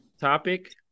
topic